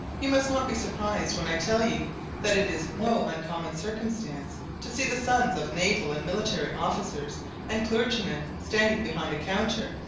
you must not be surprised when i tell you that it is no uncommon circumstance to see the sons of naval and military officers and clergymen standing behind a counter,